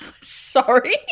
Sorry